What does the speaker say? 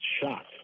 shocked